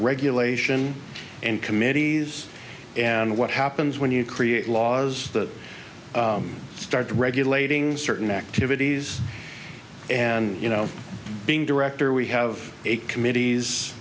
regulation and committees and what happens when you create laws that start regulating certain activities and you know being director we have a committees